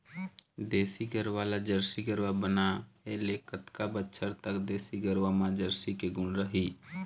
देसी गरवा ला जरसी गरवा बनाए ले कतका बछर तक देसी गरवा मा जरसी के गुण रही?